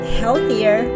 healthier